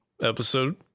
episode